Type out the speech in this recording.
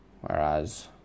whereas